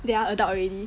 they are adult already